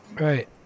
Right